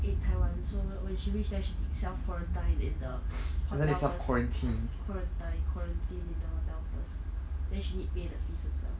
in taiwan so when she reached she need self quarantine in the hotel first quarantine quarantine in the hotel first then she need pay the fees herself